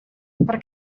per